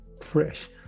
fresh